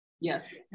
Yes